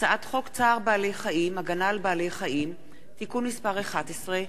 הצעת חוק צער בעלי-חיים (הגנה על בעלי-חיים) (תיקון מס' 11)